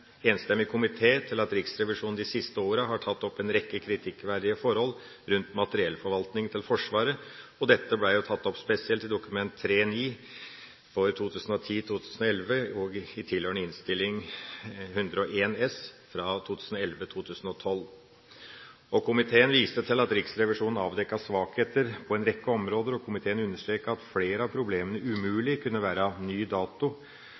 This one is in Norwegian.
enstemmig komité til at Riksrevisjonen de siste åra har tatt opp en rekke kritikkverdige forhold rundt materiellforvaltningen til Forsvaret, og dette ble tatt opp spesielt i Dokument 3:9 for 2010–2011 og i tilhørende innstilling, Innst. 101 S for 2011–2012. Komiteen viste til at Riksrevisjonen avdekket svakheter på en rekke områder, og komiteen understreket at flere av problemene umulig kunne være av ny dato